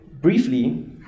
briefly